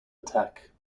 attack